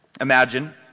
imagine